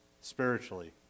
spiritually